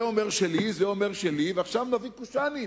זה אומר שלי, זה אומר שלי, ועכשיו נביא קושאנים.